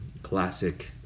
Classic